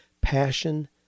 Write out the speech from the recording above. passion